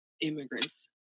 immigrants